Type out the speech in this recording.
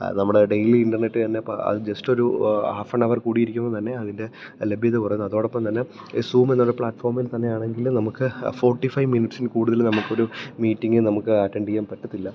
നമ്മുടെ daily internet തന്നെ അത് ജസ്റ്റ് ഒരു ഹാഫ് ആൻ ഹവർ കൂടുതല് ഇരിക്കുമ്പോള് തന്നെ അതിൻ്റെ ലഭ്യത കുറയുന്നു അതോടൊപ്പം തന്നെ സൂം എന്നുള്ള പ്ലാറ്റ്ഫോമിൽ തന്നെയാണെങ്കില് നമുക്ക് ഫോർട്ടി ഫൈവ് മിനിറ്റ്സില് കൂടുതല് നമുക്കൊരു മീറ്റിംഗ് നമുക്ക് അറ്റെൻഡ് ചെയ്യാൻ പറ്റത്തില്ല